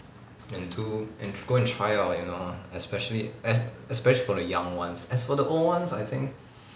and do and go and try out you know especially es~ especially for the young ones as for the old ones I think